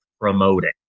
promoting